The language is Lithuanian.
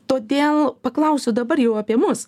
todėl paklausiu dabar jau apie mus